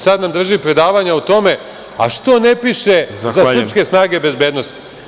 Sada nam drži predavanje o tome – a što ne piše za „srpske snage bezbednosti“